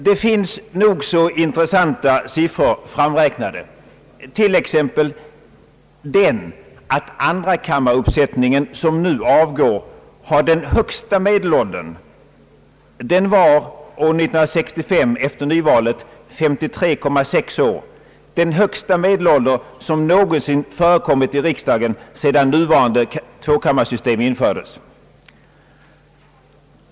Det finns nog så intressanta siffror framräknade, t.ex. den att den andra kammaruppsättning, som nu avgår, har den högsta medelåldern — den var år 1965 efter nyvalet 53,6 år — som någonsin förekommit i riksdagen sedan nuvarande tvåkammarsystem infördes.